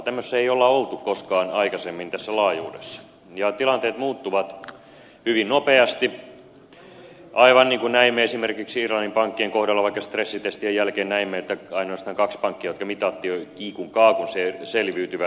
tämmöisessä ei ole oltu koskaan aikaisemmin tässä laajuudessa ja tilanteet muuttuvat hyvin nopeasti aivan niin kuin näimme esimerkiksi irlannin pankkien kohdalla vaikka stressitestien jälkeen näimme että ainoastaan kaksi pankkia jotka mitattiin kiikun kaakun selviytyvät